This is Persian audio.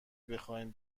بخواین